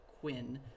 Quinn